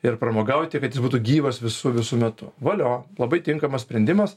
ir pramogauti kad jis būtų gyvas visu visu metu valio labai tinkamas sprendimas